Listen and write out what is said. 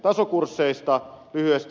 tasokursseista lyhyesti